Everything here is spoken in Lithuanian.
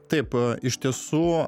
taip iš tiesų